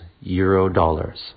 Euro-dollars